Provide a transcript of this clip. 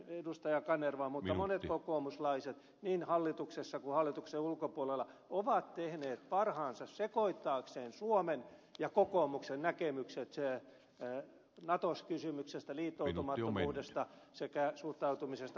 kanervaa mutta monia kokoomuslaisia niin hallituksessa kuin hallituksen ulkopuolella on se että he ovat tehneet parhaansa sekoittaakseen suomen ja kokoomuksen näkemykset nato kysymyksestä liittoutumattomuudesta sekä suhtautumisesta varustelutasoon